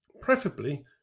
preferably